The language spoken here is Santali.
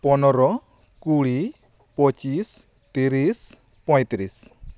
ᱯᱚᱱᱚᱨᱚ ᱠᱩᱲᱤ ᱯᱚᱪᱤᱥ ᱛᱤᱨᱤᱥ ᱯᱚᱭᱛᱨᱤᱥ